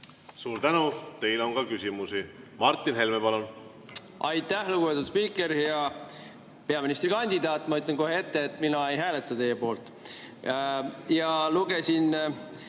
Suur tänu! Teile on ka küsimusi. Martin Helme, palun! Aitäh, lugupeetud spiiker! Hea peaministrikandidaat! Ma ütlen kohe ette ära, et mina ei hääleta teie poolt. Lugesin